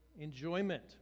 enjoyment